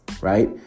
right